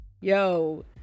Yo